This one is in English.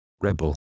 rebel